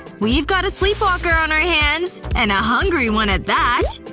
we've got a sleepwalker on our hands! and a hungry one at that.